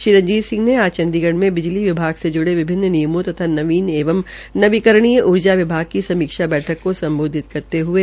श्री रंजीत सिंह ने आज चंडीगढ़ में बिजली विभाग से जुड़े विभाग तथा नवीन एवं नवीकरणीय ऊर्जा विभाग की समीक्षा बैठक को सम्बोधित कर रहे थे